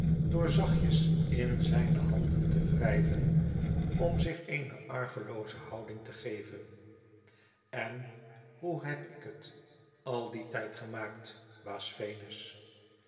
door zachtjes in zijne handen te wrijven om zich eeneargelooze houding te geven n hoe heb ik het al dien tijd gemaakt